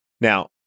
Now